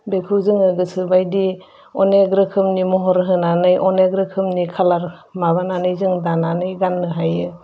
बेखौ जोङो गोसोबायदि अनेग रोखोमनि महर होनानै अनेग रोखोमनि खालार माबानानै जों दानानै गाननो हायो